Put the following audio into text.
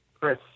Chris